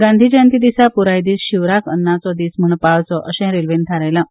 गांधी जयंती दिसा प्राय दीस शिवराक अन्नाचो दीस म्हण पाळचो अशें रेल्वेन थारायलां